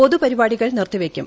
പൊതുപ്പരിപാടികൾ നിർത്തിവയ്ക്കും